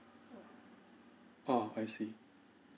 oh I see